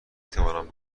توانم